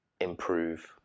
improve